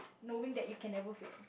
knowing that you can never fail